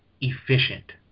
efficient